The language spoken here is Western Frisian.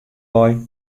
wei